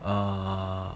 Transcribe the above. err